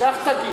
כך תגיד.